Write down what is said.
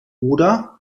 oder